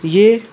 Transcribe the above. ये